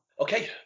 Okay